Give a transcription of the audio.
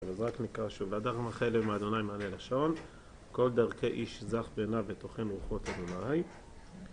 אז רק נקרא שוב, לְאָדָם מַעַרְכֵי לֵב ומאדוני מַעֲנֵה לָשׁוֹן, כָּל דַּרְכֵי אִישׁ זַךְ בְּעֵינָיו וְתֹכֵן רוּחוֹת אדוני.